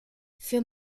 für